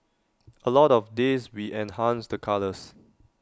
A lot of this we enhanced the colours